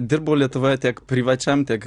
dirbau lietuvoje tiek privačiam tiek